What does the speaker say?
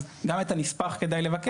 אז גם את הנספח כדאי לבקש.